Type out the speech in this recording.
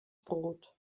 brot